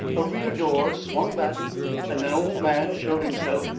a rear door swung back and an old man showed himself,